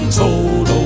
told